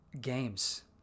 games